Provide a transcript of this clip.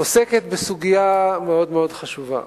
עוסקת בסוגיה מאוד מאוד חשובה.